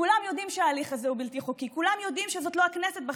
כולם יודעים שההליך הזה הוא בלתי חוקי.